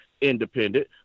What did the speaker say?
independent